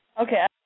Okay